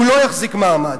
הוא לא יחזיק מעמד.